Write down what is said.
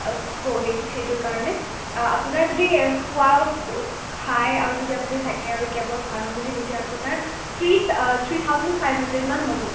চ' সেইটো সেইটো কাৰণে আপোনাৰ যদি খোৱাও খায় আৰু যদি আপুনি থাকে আৰু কেবৰ ভাৰা মিলি গোটেই আপোনাৰ থ্ৰি থ্ৰি থাওজেণ্ড ফাইভ হানড্ৰেডমান হ'ব